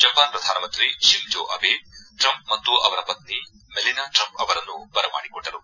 Japan ಪ್ರಧಾನಮಂತ್ರಿ Shinzo Abe Trump ಮತ್ತು ಅವರ ಪತ್ನಿ ಮೆಲಿನಾ ಟ್ರಂಪ್ ಅವರನ್ನು ಬರಮಾಡಿಕೊಂಡರು